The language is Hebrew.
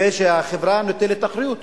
זה שהחברה נוטלת אחריות